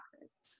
boxes